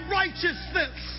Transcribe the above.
righteousness